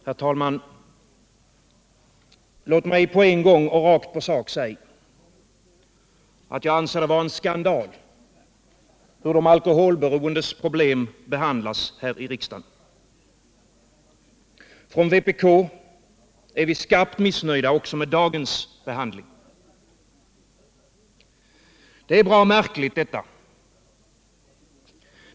Herr talman! Låt mig på en gång och rakt på sak säga: Jag anser det vara en skandal hur de alkoholberoendes problem behandlas här i riksdagen. Från vpk är vi skarpt missnöjda också med dagens behandling. Det är bra märkligt detta.